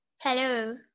Hello